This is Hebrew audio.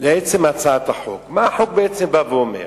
לעצם הצעת החוק, מה החוק בעצם בא ואומר?